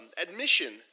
admission